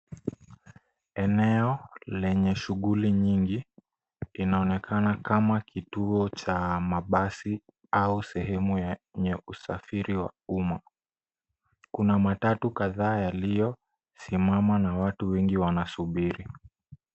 Eneo lenye shughuli nyingi inaonekana kama kituo cha mabasi au sehemu yenye usafiri wa umma. Kuna matatu kadhaa yaliyosimama na watu wengi wanasubiri.